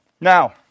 Now